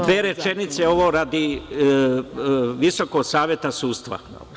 Dve rečenice radi Visokog saveta sudstva.